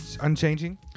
unchanging